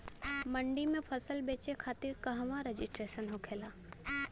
मंडी में फसल बेचे खातिर कहवा रजिस्ट्रेशन होखेला?